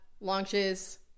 launches